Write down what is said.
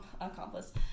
accomplice